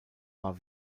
war